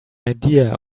idea